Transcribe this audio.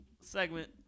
segment